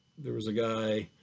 there was a guy,